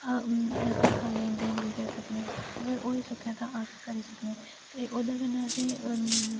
पेसे दा लेन देन बी करी सकने अगर होई सके तां अस करी सकने ते ओह्दे कन्नै असेंगी